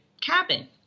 cabin